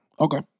Okay